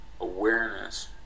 awareness